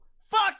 Fuck